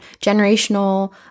generational